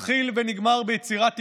מתחיל ונגמר ביצירת תקווה.